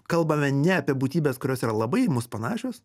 kalbame ne apie būtybes kurios yra labai į mus panašios